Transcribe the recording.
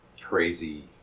crazy